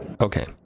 Okay